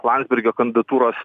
landsbergio kandidatūros